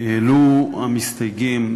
העלו המסתייגים,